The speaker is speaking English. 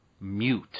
mute